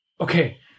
Okay